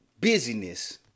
busyness